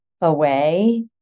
away